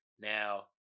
Now